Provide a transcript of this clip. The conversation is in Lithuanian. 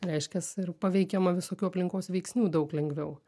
reiškias ir paveikiama visokių aplinkos veiksnių daug lengviau